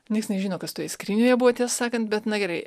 nieks nežino kas toje skrynioje buvo tiesą sakant bet na gerai